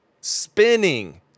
spinning